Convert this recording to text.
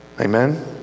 Amen